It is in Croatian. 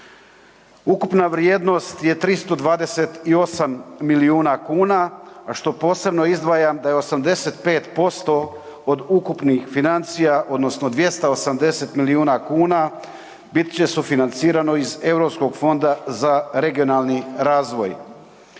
Ukupna vrijednost je 328 milijuna kuna a što posebno izdvajam da je 85% od ukupnih financija odnosno 280 milijuna bit će sufinancirano iz Europskog fonda za regionalni razvoj.